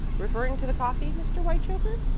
referring to the coffee, mr. whitechoker?